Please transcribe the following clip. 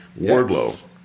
Wardlow